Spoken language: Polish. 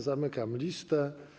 Zamykam listę.